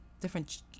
different